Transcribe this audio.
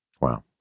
Wow